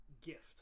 gift